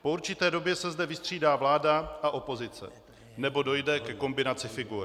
Po určité době se zde vystřídá vláda a opozice, nebo dojde ke kombinaci figur.